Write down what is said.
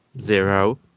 Zero